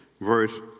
verse